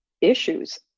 issues